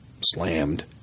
slammed